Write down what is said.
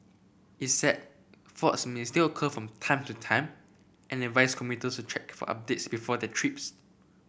it said faults may still occur from time to time and advised commuters to check for updates before their trips